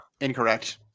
Incorrect